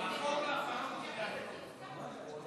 אנחנו נחדש את הישיבה בעוד כמה דקות.